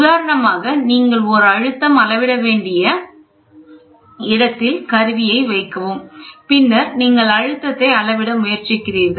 உதாரணமாக நீங்கள் ஒரு அழுத்தம் அளவிட வேண்டிய விட வேண்டிய இடத்தில் கருவியை வைக்கவும் பின்னர் நீங்கள் அழுத்தத்தை அளவிட முயற்சிக்கிறீர்கள்